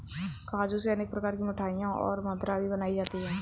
काजू से अनेक प्रकार की मिठाईयाँ और मदिरा भी बनाई जाती है